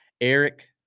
Eric